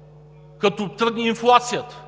– като тръгне инфлацията.